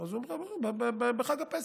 אז אומרים: בחג הפסח,